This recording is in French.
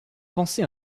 pensez